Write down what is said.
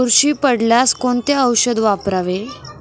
बुरशी पडल्यास कोणते औषध वापरावे?